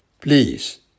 Please